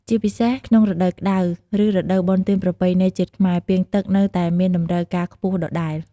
ជាពិសេសក្នុងរដូវក្ដៅ ឬរដូវបុណ្យទានប្រពៃណីជាតិខ្មែរ ពាងទឹកនៅតែមានតម្រូវការខ្ពស់ដដែល។